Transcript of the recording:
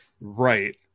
Right